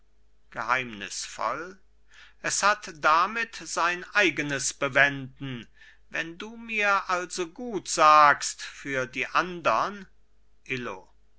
geheimnisvoll es hat damit sein eigenes bewenden wenn du mir also gutsagst für die andern illo